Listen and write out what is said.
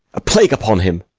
a plague upon him!